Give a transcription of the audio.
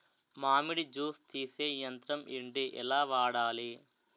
మామిడి జూస్ తీసే యంత్రం ఏంటి? ఎలా వాడాలి?